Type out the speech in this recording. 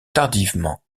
tardivement